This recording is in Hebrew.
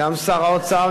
גם שר האוצר,